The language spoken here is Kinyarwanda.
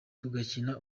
tugakina